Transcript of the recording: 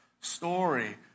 story